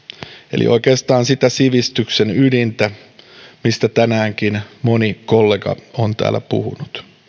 eli oikeastaan sitä sivistyksen ydintä mistä tänäänkin moni kollega on täällä puhunut